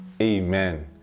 amen